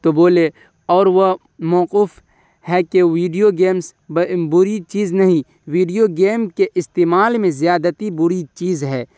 تو بولے اور وہ موقوف ہے کہ ویڈیو گیمس بری چیز نہیں ویڈیو گیمس کے استعمال میں زیادتی بری چیز ہے